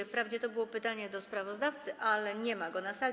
Wprawdzie to było pytanie do sprawozdawcy, ale nie ma go na sali.